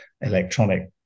electronic